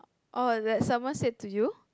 oh that someone said to you